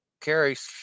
carries